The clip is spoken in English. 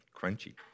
Crunchy